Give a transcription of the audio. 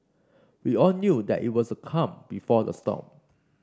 we all knew that it was the calm before the storm